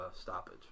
stoppage